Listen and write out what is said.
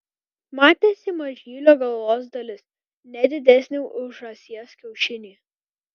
matėsi mažylio galvos dalis ne didesnė už žąsies kiaušinį